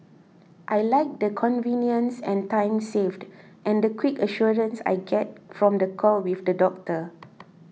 I like the convenience and time saved and the quick assurance I get from the call with the doctor